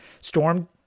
storm